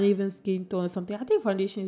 you need that one also